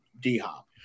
D-hop